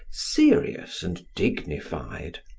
serious and dignified,